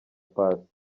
paccy